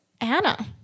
Anna